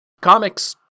comics